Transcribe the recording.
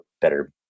better